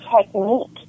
technique